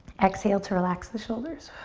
exhale to relax the shoulders.